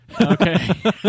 Okay